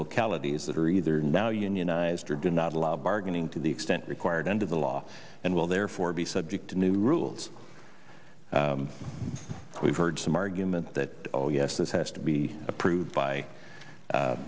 localities that are either now unionized or do not allow bargaining to the extent required under the law and will therefore be subject to new rules we've heard some argument that oh yes this has to be approved by